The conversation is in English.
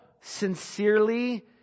sincerely